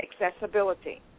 accessibility